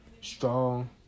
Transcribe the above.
strong